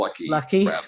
lucky